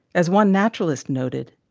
as one naturalist noted,